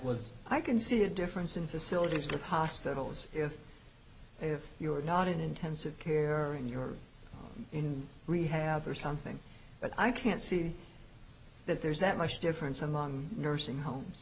was i can see a difference in facilities of hospitals if you are not in intensive care or in your in rehab or something but i can't see that there's that much difference among nursing homes